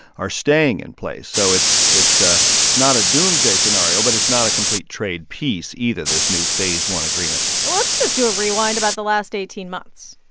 are staying in place. so it's it's a it's not a doomsday scenario, but it's not a complete trade piece, either, this new phase one agreement let's just do a rewind about the last eighteen months.